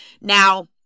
Now